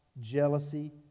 Jealousy